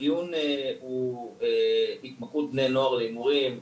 בנושא של התמכרות בני נוער להימורים,